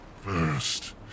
First